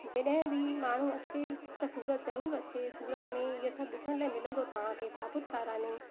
जॾहिं बि माण्हू अचे त सूरत ज़रूरु अचे सूरत में इहे सभु ॾिसण लाइ मिलंदो तव्हांखे सापुतारा में